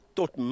tot